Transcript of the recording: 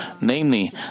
Namely